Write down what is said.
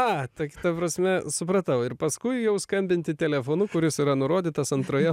a ta kita prasme supratau ir paskui jau skambinti telefonu kuris yra nurodytas antroje